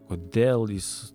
kodėl jis